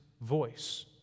voice